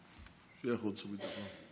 שיהיה חוץ וביטחון.